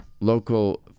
Local